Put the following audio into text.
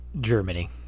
germany